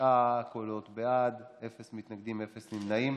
תשעה קולות בעד, אפס מתנגדים ואפס נמנעים,